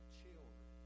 children